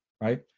right